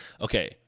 Okay